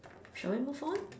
shall we move on